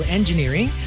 Engineering